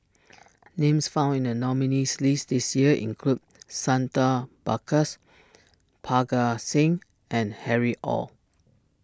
names found in the nominees' list this year include Santha Bhaskar's Parga Singh and Harry Ord